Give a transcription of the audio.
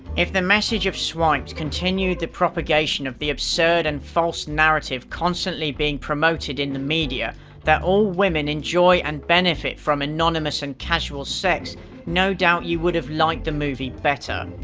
if the message of swiped continued the propagation of the absurd and false narrative constantly being promoted in the media that all women enjoy and benefit from anonymous and casual sex no doubt you would have liked the movie better.